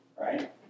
right